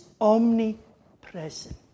omnipresent